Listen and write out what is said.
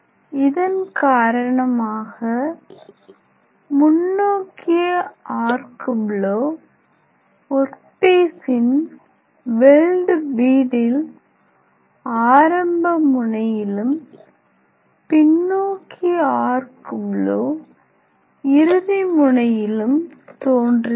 இதன் காரணமாக முன்னோக்கிய ஆர்க் ப்லோ ஒர்க் பீசின் வெல்டு பீடில் ஆரம்ப முனையிலும் பின்னோக்கிய ஆர்க் ப்லோ இறுதி முனையிலும் தோன்றுகிறது